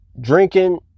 drinking